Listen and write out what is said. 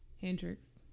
Hendrix